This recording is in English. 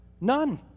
None